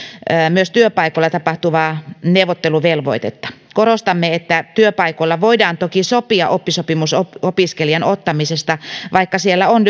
myös työpaikoilla tapahtuvaa neuvotteluvelvoitetta korostamme että työpaikoilla voidaan toki sopia oppisopimusopiskelijan ottamisesta vaikka siellä on